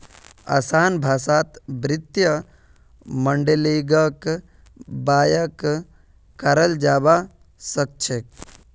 असान भाषात वित्तीय माडलिंगक बयान कराल जाबा सखछेक